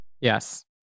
Yes